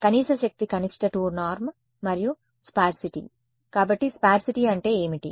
కనీస శక్తి కనిష్ట 2 నార్మ్ మరియు స్పార్సిటీ కాబట్టి స్పార్సిటీ అంటే ఏమిటి